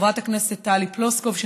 חברת הכנסת טלי פלוסקוב,